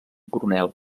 coronel